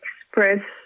express